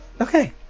Okay